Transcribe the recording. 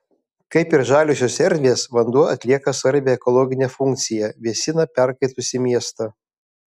kaip ir žaliosios erdvės vanduo atlieka svarbią ekologinę funkciją vėsina perkaitusį miestą